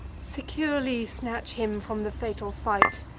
securely snatch him from the fatal fight,